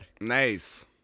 Nice